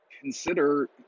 consider